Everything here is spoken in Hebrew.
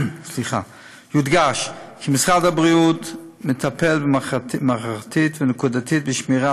יודגש כי משרד הבריאות מטפל מערכתית ונקודתית בשמירה